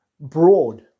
broad